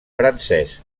francès